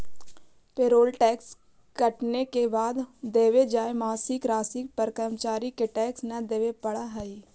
payroll tax कटने के बाद देवे जाए मासिक राशि पर कर्मचारि के टैक्स न देवे पड़ा हई